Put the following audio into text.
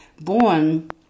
born